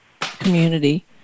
community